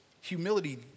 Humility